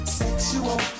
sexual